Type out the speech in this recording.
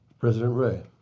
president ray.